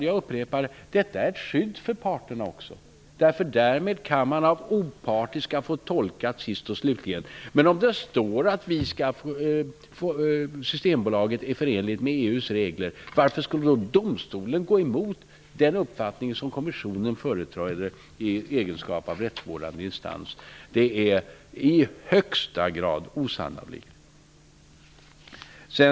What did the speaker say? Jag upprepar att detta är ett skydd för parterna också, därför att man därmed sist och slutligen kan få en opartisk tolkning. Men om det står att Systembolaget är förenligt med EU:s regler, varför skulle då domstolen gå emot den uppfattning som kommissionen företräder i egenskap av rättsvårdande instans? Det är i högsta grad osannolikt.